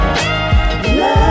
Love